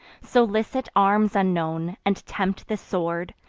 solicit arms unknown, and tempt the sword,